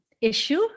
issue